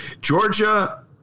Georgia